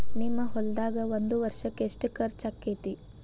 ನಿಮ್ಮ ಹೊಲ್ದಾಗ ಒಂದ್ ವರ್ಷಕ್ಕ ಎಷ್ಟ ಖರ್ಚ್ ಆಕ್ಕೆತಿ?